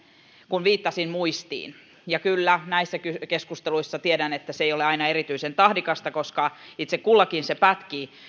kun viittasin muistiin kyllä näissä keskusteluissa tiedän että se ei ole aina erityisen tahdikasta koska itse kullakin se pätkii